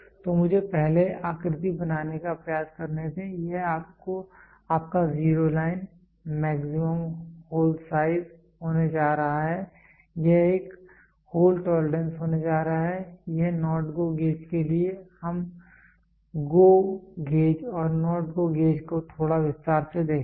तो मुझे पहले आकृति बनाने का प्रयास करने दें यह आपका zero line maximum hole size होने जा रहा है यह एक होल टॉलरेंस होने जा रहा है यह NOT GO गेज के लिए है हम GO गेज और NOT GO गेज को थोड़ा विस्तार से देखेंगे